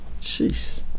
Jeez